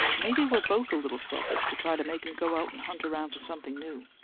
maybe we're both a little selfish to try to make him go out and hunt around for something new.